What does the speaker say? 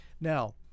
Now